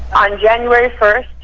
on january first,